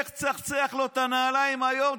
לך צחצח לו את הנעליים היום,